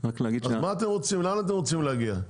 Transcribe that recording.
אז מה אתם רוצים לאן אתם רוצים להגיע?